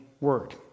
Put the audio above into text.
word